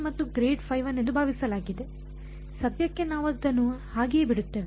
ಸದ್ಯಕ್ಕೆ ನಾವು ಅದನ್ನು ಹಾಗೆಯೇ ಬಿಡುತ್ತೇವೆ